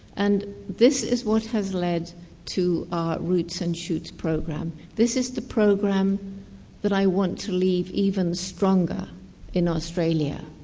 and this is what has led to our roots and shoots program. this is the program that i want to leave even stronger in australia.